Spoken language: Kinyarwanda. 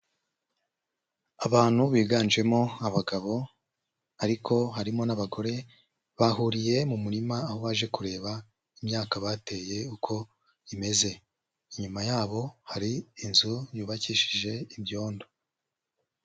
Abantu biganjemo abagabo ariko harimo n'abagore, bahuriye mu murima aho baje kureba imyaka bateye uko imeze. Inyuma yabo hari inzu yubakishije ibyondo.